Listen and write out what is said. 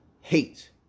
hate